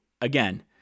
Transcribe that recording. again